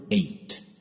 eight